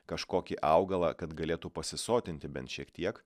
kažkokį augalą kad galėtų pasisotinti bent šiek tiek